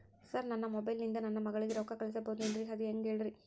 sir ನನ್ನ mobile ಇಂದ ನನ್ನ ಮಗಳಿಗೆ ರೊಕ್ಕಾ ಕಳಿಸಬಹುದೇನ್ರಿ ಅದು ಹೆಂಗ್ ಹೇಳ್ರಿ